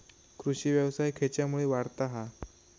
कृषीव्यवसाय खेच्यामुळे वाढता हा?